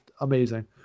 amazing